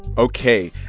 ok.